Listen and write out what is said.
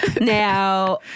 Now